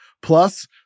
Plus